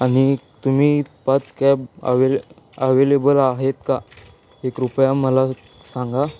आणि तुम्ही पाच कॅब अवेले अवेलेबल आहेत का हे कृपया मला सांगा